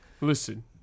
Listen